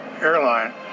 airline